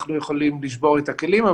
אנחנו יכולים לשבור את הכלים,